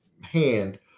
hand